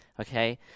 okay